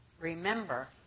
remember